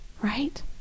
Right